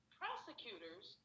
prosecutors